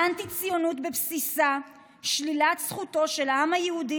האנטי-ציונות בבסיסה היא שלילת זכותו של העם היהודי